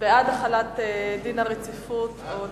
בעד החלת דין הרציפות או נגד.